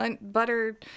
butter